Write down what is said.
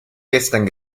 gestern